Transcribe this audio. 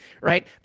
right